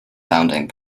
founding